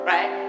Right